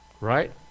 right